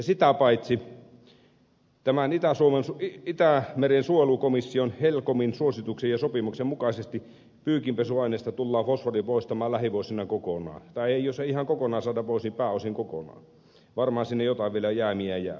sitä paitsi tämän itämeren suojelukomission helcomin suosituksen ja sopimuksen mukaisesti pyykinpesuaineista tullaan fosfori poistamaan lähivuosina kokonaan tai jos ei ihan kokonaan saada pois niin pääosin kokonaan varmaan sinne jotain jäämiä vielä jää